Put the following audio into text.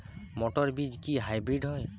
মটর বীজ কি হাইব্রিড হয়?